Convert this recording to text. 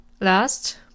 Last